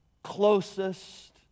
closest